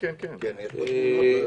כן, יש במסמכים מפות.